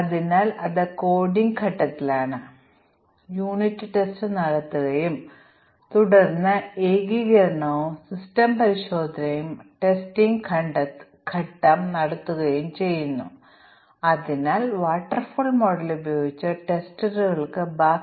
ഇതൊരു നല്ല ഡിസൈൻ ആണ് അത് ഒരു ശ്രേണിയിൽ മൊഡ്യൂളുകൾ ക്രമീകരിച്ചിരിക്കുന്ന ഒരു ലേയേർഡ് ഡിസൈൻ ആണ് എന്നാൽ M8 മുതൽ M6 അല്ലെങ്കിൽ M3 വരെ ഒരു കോൾ റിലേഷൻ ഉള്ള ഒരു സാഹചര്യവും നമുക്കുണ്ടാകാം